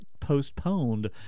postponed